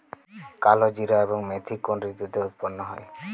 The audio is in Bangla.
কালোজিরা এবং মেথি কোন ঋতুতে উৎপন্ন হয়?